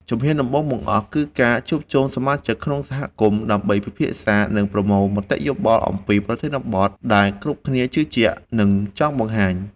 ជំហានដំបូងបង្អស់ គឺការជួបជុំសមាជិកក្នុងសហគមន៍ដើម្បីពិភាក្សា និងប្រមូលមតិយោបល់អំពីប្រធានបទដែលគ្រប់គ្នាជឿជាក់ និងចង់បង្ហាញ។